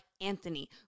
Anthony